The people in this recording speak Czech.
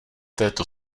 této